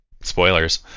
Spoilers